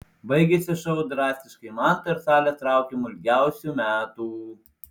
baigėsi šou draugiškai manto ir salės traukiamu ilgiausių metų